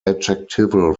adjectival